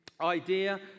idea